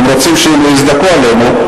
אם רוצים שיזדכו עלינו,